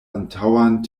antaŭan